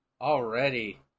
Already